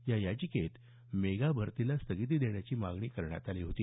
या याचिकेत मेगा भरतीला स्थगिती देण्याची मागणी करण्यात आली होती